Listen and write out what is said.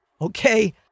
Okay